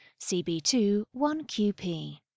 CB2-1QP